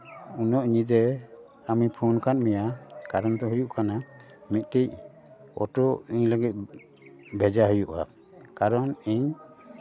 ᱩᱱᱟᱹᱜ ᱧᱤᱫᱟᱹ ᱟᱢᱤᱧ ᱯᱷᱳᱱ ᱟᱠᱟᱫ ᱢᱮᱭᱟ ᱠᱟᱨᱚᱱ ᱫᱚ ᱦᱩᱭᱩᱜ ᱠᱟᱱᱟ ᱢᱤᱫᱴᱤᱱ ᱚᱴᱳ ᱤᱧ ᱞᱟᱹᱜᱤᱫ ᱵᱷᱮᱡᱟ ᱦᱩᱭᱩᱜᱼᱟ ᱠᱟᱨᱚᱱ ᱤᱧ